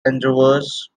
endeavors